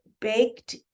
baked